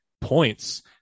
points